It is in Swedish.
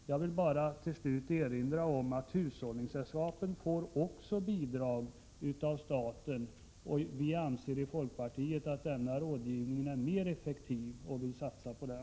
Jag vill till slut bara erinra om att hushållningssällskapen också får bidrag av staten, och eftersom vi i folkpartiet anser att denna rådgivning är mer effektiv vill vi satsa på den.